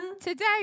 today